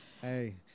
Hey